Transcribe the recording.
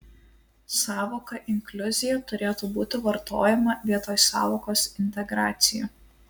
sąvoka inkliuzija turėtų būti vartojama vietoj sąvokos integracija